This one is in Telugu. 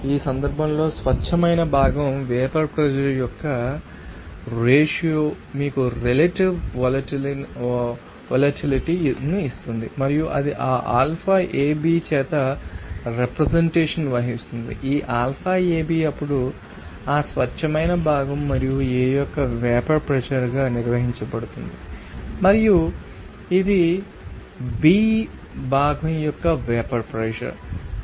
ఈ సందర్భంలో స్వచ్ఛమైన భాగం వేపర్ ప్రెషర్ యొక్క రేషియో మీకు రెలెటివ్ వొలటిలిటీ ను ఇస్తుంది మరియు అది ఆ ఆల్ఫా AB చేత రెప్రెసెంటేషన్ వహిస్తుంది ఈ ఆల్ఫా AB అప్పుడు ఆ స్వచ్ఛమైన భాగం మరియు A యొక్క వేపర్ ప్రెషర్ గా నిర్వచించబడుతుంది మరియు ఇది భాగం యొక్క వేపర్ ప్రెషర్ బి